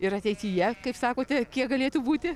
ir ateityje kaip sakote kiek galėtų būti